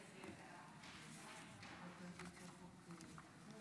ההצעה להעביר את הצעת חוק לתיקון פקודת העיריות (הוראת שעה)